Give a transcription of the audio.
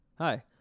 Hi